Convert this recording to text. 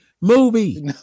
movie